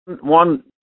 One